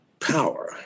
power